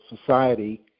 society